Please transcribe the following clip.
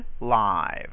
live